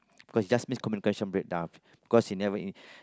cause just miscommunication breakdown because she never